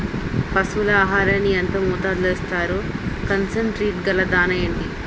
పశువుల ఆహారాన్ని యెంత మోతాదులో ఇస్తారు? కాన్సన్ ట్రీట్ గల దాణ ఏంటి?